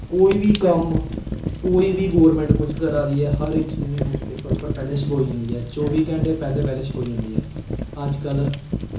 कोई बी कम्म कोई बी गौरमेंट कुछ करा दी ऐ हर इक चीज न्यूज़ पेपर उप्पर पैह्लें छपोई जंदी ऐ चौबी घैंटें दे पैह्लें पैह्लें छपोई जंदी ऐ अज्ज कल